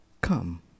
come